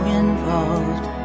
involved